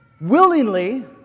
willingly